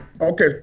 Okay